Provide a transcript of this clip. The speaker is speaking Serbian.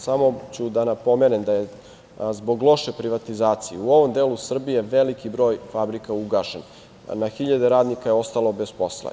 Samo ću da napomenem da je zbog loše privatizacije u ovom delu Srbije veliki broj fabrika ugašen, na hiljade radnika je ostalo bez posla.